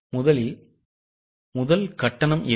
இப்போது முதல் கட்டணம் எது